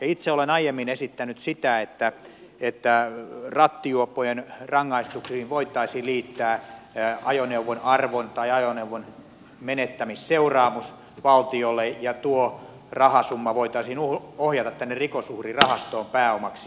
itse olen aiemmin esittänyt sitä että rattijuoppojen rangaistuksiin voitaisiin liittää ajoneuvon arvon tai ajoneuvon menettämysseuraamus valtiolle ja tuo rahasumma voitaisiin ohjata rikosuhrirahastoon pääomaksi